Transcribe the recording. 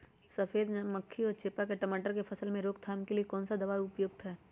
सफेद मक्खी व चेपा की टमाटर की फसल में रोकथाम के लिए कौन सा दवा उपयुक्त है?